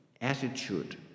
attitude